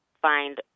find